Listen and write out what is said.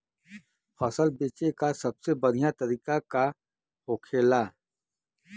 फसल बेचे का सबसे बढ़ियां तरीका का होखेला?